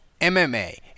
MMA